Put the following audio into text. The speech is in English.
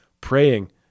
praying